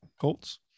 Colts